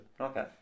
Okay